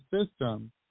system